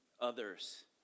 others